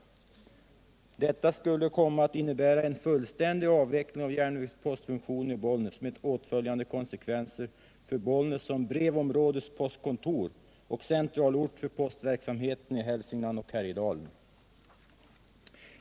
Detta skulle komma att innebära en fullständig avveckling av järnvägspostfunktionen i Bollnäs med åtföljande konsekvenser för Bollnäs som brevområdespostkontor och centralort för postverksamheten i Hälsingland och Härjedalen.